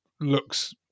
looks